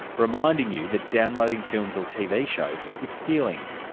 reminding you that downloading films or tv shows is stealing.